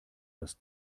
das